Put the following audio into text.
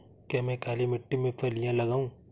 क्या मैं काली मिट्टी में फलियां लगाऊँ?